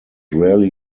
rarely